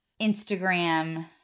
Instagram